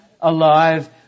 alive